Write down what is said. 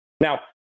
Now